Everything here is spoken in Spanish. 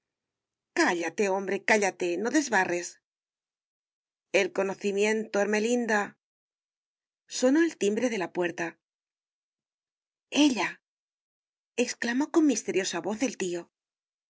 cállate hombre cállate no desbarres el conocimiento ermelinda sonó el timbre de la puerta ella exclamó con misteriosa voz el tío